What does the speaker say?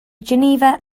geneva